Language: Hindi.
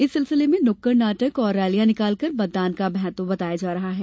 इस सिलसिले में नुक्कड़ नाटक और रैलियां निकालकर मतदान का महत्व बताया जा रहा है